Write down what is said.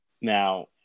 Now